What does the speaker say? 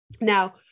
Now